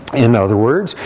in other words,